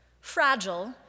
Fragile